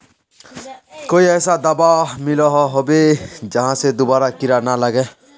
कोई ऐसा दाबा मिलोहो होबे जहा से दोबारा कीड़ा ना लागे?